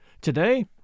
Today